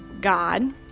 God